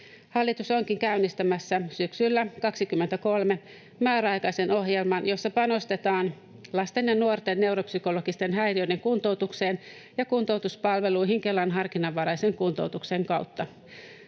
Hallitus onkin käynnistämässä syksyllä 23 määräaikaisen ohjelman, jossa panostetaan lasten ja nuorten neuropsykologisten häiriöiden kuntoutukseen ja kuntoutuspalveluihin Kelan harkinnanvaraisen kuntoutuksen kautta.